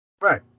Right